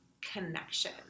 connection